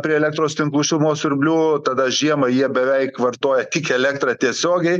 prie elektros tinklų šilumos siurblių tada žiemą jie beveik vartoja tik elektrą tiesiogiai